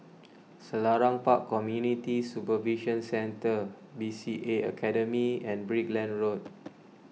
Selarang Park Community Supervision Centre B C A Academy and Brickland Road